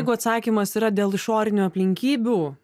jeigu atsakymas yra dėl išorinių aplinkybių